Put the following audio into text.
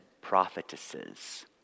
prophetesses